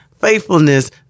faithfulness